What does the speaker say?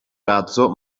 razzo